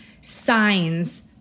signs